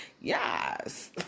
Yes